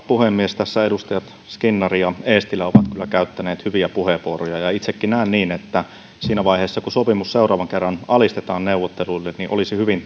puhemies tässä edustajat skinnari ja eestilä ovat kyllä käyttäneet hyviä puheenvuoroja ja itsekin näen niin että siinä vaiheessa kun sopimus seuraavan kerran alistetaan neuvotteluille olisi hyvin